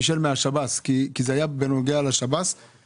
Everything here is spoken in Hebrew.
יש בזום מישל משירות בתי הסוהר שירחיב